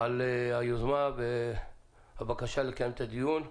על היוזמה והבקשה לקיים את הדיון.